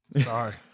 sorry